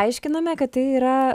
aiškinome kad tai yra